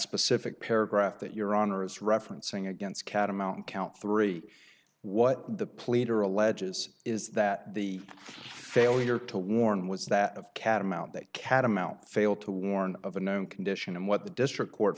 specific paragraph that your honor is referencing against catamount count three what the pleader alleges is that the failure to warn was that of catamount that catamount failed to warn of a known condition and what the district court